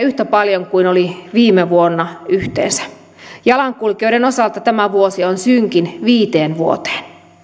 yhtä paljon kuin oli viime vuonna yhteensä jalankulkijoiden osalta tämä vuosi on synkin viiteen vuoteen